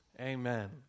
Amen